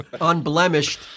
Unblemished